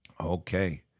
Okay